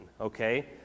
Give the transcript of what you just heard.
okay